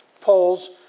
polls